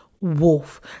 wolf